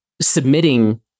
submitting